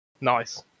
Nice